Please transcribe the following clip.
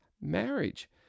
marriage